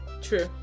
true